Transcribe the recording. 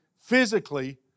physically